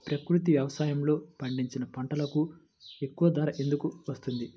ప్రకృతి వ్యవసాయములో పండించిన పంటలకు ఎక్కువ ధర ఎందుకు వస్తుంది?